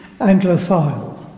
Anglophile